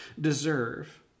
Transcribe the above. deserve